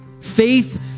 Faith